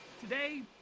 Today